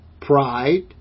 pride